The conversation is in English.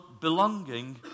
belonging